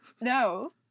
No